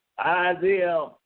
Isaiah